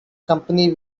company